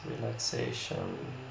relaxation